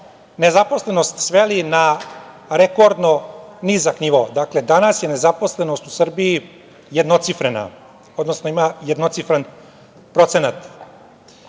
nezaposlenost sveli na rekordno nizak nivo. Dakle, danas je nezaposlenost u Srbiji jednocifrena, odnosno ima jednocifren procenat,